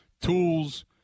tools